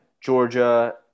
Georgia